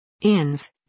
INF